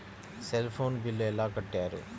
Cell phone bill ఎలా కట్టారు?